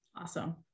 Awesome